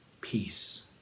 Peace